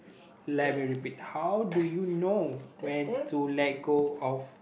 let me repeat how do you know when to let go of